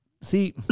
see